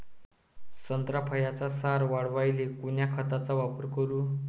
संत्रा फळाचा सार वाढवायले कोन्या खताचा वापर करू?